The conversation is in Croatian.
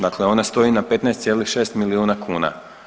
Dakle, ona stoji na 15,6 milijuna kuna.